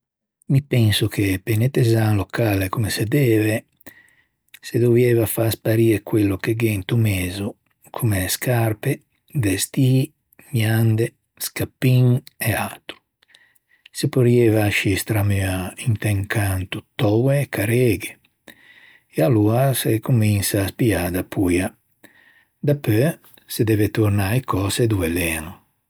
Mi penso che pe nettezzâ un locale comme se deve se dovieiva fâ sparî quello che gh'é into mezo comme scarpe, vestî, muande, scappin e atro. Se porrieiva ascì stramuâ inte un canto töe e carreghe e aloa se cominsa à aspiâ da pua. Dapeu, se deve tornâ e cöse dove l'ean.